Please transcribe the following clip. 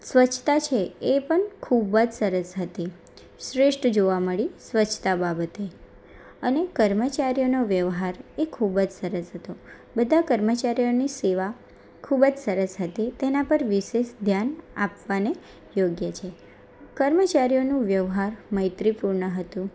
સ્વચ્છતા છે એ પણ ખૂબ જ સરસ હતી શ્રેષ્ઠ જોવા મળી સ્વચ્છતા બાબતે અને કર્મચારીઓનો વ્યવહાર એ ખૂબ જ સરસ હતો બધા કર્મચારીઓની સેવા ખૂબ જ સરસ હતી તેના પર વિશેષ ધ્યાન આપવાને યોગ્ય છે કર્મચારીઓનો વ્યવહાર મૈત્રીપૂર્ણ હતો